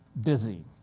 busy